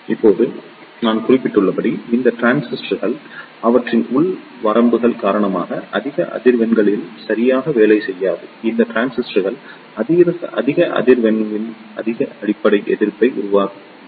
இப்போது நான் குறிப்பிட்டுள்ளபடி இந்த டிரான்சிஸ்டர்கள் அவற்றின் உள் வரம்புகள் காரணமாக அதிக அதிர்வெண்களில் சரியாக வேலை செய்யாது இந்த டிரான்சிஸ்டர்கள் அதிக அதிர்வெண்ணில் அதிக அடிப்படை எதிர்ப்பை வழங்குகின்றன